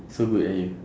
so good ah you